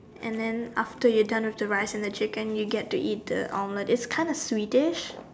and then after you done with the rice and the chicken you get to eat the omelette it's kinda sweetish